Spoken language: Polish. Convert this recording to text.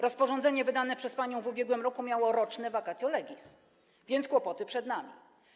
Rozporządzenie wydane przez panią w ubiegłym roku miało roczne vacatio legis, więc kłopoty przed nami.